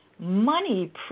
money